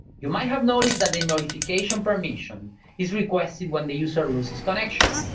you might have noticed that the notification permission is requested when the user loses connection.